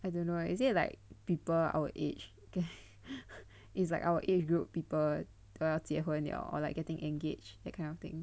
I don't know eh is it like people our age it's like our age group people 都要结婚了 or like getting engaged that kind of thing